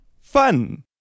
Fun